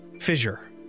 fissure